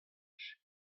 plij